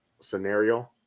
scenario